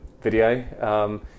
video